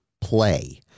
play